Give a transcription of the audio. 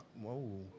Whoa